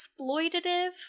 exploitative